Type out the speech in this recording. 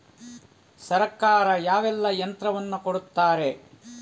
ಸರ್ಕಾರ ಯಾವೆಲ್ಲಾ ಯಂತ್ರವನ್ನು ಕೊಡುತ್ತಾರೆ?